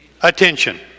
attention